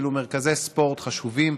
אלה מרכזי ספורט חשובים,